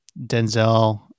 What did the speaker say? Denzel